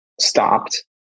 stopped